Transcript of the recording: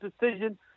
decision